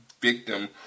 victim